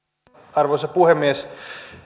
arvoisa puhemies